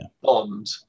bond